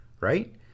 right